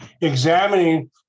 examining